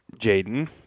Jaden